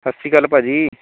ਸਤਿ ਸ਼੍ਰੀ ਅਕਾਲ ਭਾਜੀ